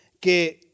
que